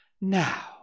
Now